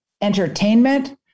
entertainment